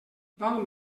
val